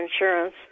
insurance